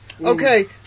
Okay